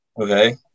Okay